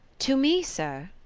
to me, sir?